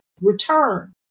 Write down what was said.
return